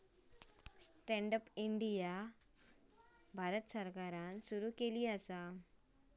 stand up India Bharat सरकारान सुरू केला